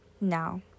Now